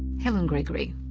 helen gregory.